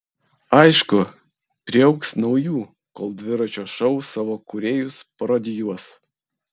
aišku priaugs naujų kol dviračio šou savo kūrėjus parodijuos